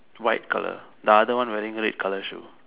white colour the other one wearing red colour shoe